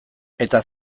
eta